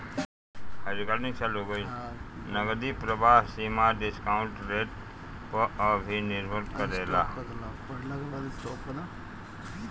नगदी प्रवाह सीमा डिस्काउंट रेट पअ भी निर्भर करेला